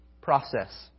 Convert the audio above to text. process